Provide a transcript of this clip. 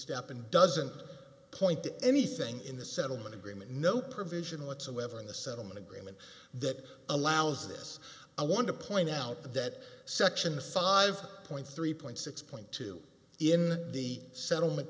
step and doesn't point to anything in the settlement agreement no provision whatsoever in the settlement agreement that allows this i want to point out that section five point three point six point two in the settlement